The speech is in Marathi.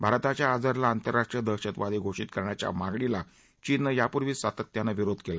भारताच्या अजहरला आंतरराष्ट्रीय दहशतवादी घोषित करण्याच्या मागणीला चीननं यापूर्वीच सातत्यानं विरोध केला